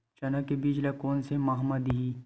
चना के बीज ल कोन से माह म दीही?